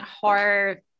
horror